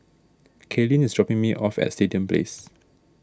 Cailyn is dropping me off at Stadium Place